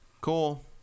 Cool